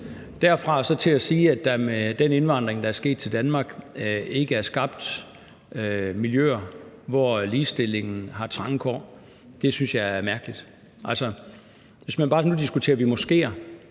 Men at sige, at der med den indvandring, der er sket til Danmark, ikke er skabt miljøer, hvor ligestillingen har trange kår, synes jeg er mærkeligt. Altså, hvis vi nu bare diskuterer moskeer,